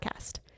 podcast